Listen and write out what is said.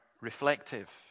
reflective